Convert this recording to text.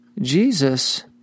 Jesus